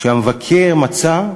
כשהמבקר מצא,